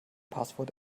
passwort